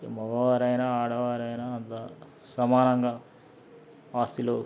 మగవారైనా ఆడవారైనా అంతా సమానంగా ఆస్తులు